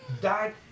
died